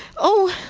oh,